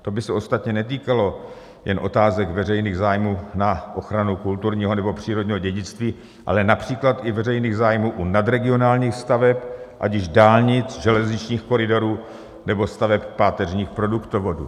To by se ostatně netýkalo jen otázek veřejných zájmů na ochranu kulturního nebo přírodního dědictví, ale například i veřejných zájmů u nadregionálních staveb, ať již dálnic, železničních koridorů nebo staveb páteřních produktovodů.